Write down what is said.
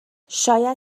شاید